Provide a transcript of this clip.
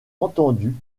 entendu